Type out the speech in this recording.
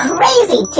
Crazy